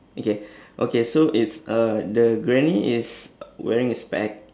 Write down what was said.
okay okay so it's uh the granny is wearing a spec